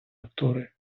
актори